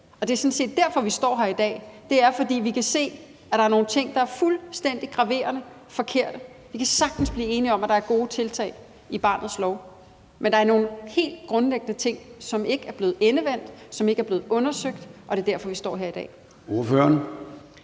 Det er jo sådan set derfor, vi står her i dag. Det er, fordi vi kan se, at der er nogle ting, der er fuldstændig graverende forkerte. Vi kan sagtens blive enige om, at der er gode tiltag i barnets lov. Men der er nogle helt grundlæggende ting, som ikke er blevet endevendt, og som ikke er blevet undersøgt. Og det er derfor, vi står her i dag. Kl.